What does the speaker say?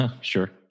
Sure